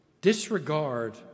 disregard